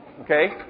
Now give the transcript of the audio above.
okay